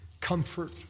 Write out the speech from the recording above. comfort